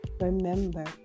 Remember